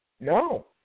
No